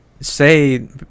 say